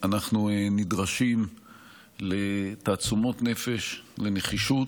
אנחנו נדרשים לתעצומות נפש, לנחישות,